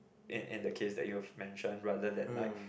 in in in the case that you mentioned rather then write